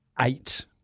eight